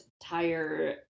entire